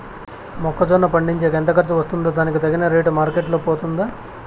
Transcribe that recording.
మొక్క జొన్న పండించేకి ఎంత ఖర్చు వస్తుందో దానికి తగిన రేటు మార్కెట్ లో పోతుందా?